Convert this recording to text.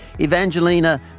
Evangelina